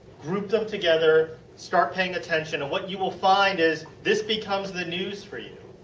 group them together, start paying attention, and what you will find is this becomes the news for you.